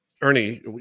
Ernie